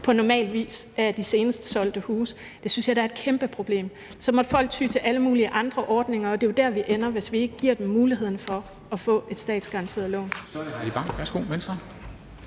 på normal vis. Det synes jeg da er et kæmpeproblem. Så måtte folk ty til alle mulige andre ordninger, og det er jo der, vi ender, hvis vi ikke giver dem muligheden for at få et statsgaranteret lån.